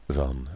...van